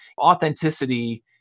Authenticity